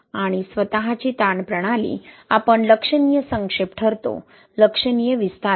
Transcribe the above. आणि स्वत ची ताण प्रणाली आपण लक्षणीय संक्षेप ठरतो लक्षणीय विस्तार आहे